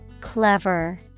Clever